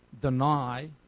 deny